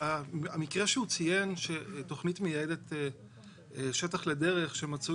הדוגמה שחבר הכנסת גינזבורג נתן